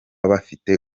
bafite